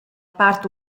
part